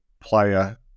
player